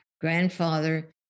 grandfather